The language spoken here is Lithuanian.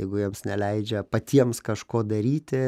jeigu jiems neleidžia patiems kažko daryti